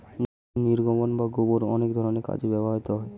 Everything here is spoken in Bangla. গরুর নির্গমন বা গোবর অনেক ধরনের কাজে ব্যবহৃত হয়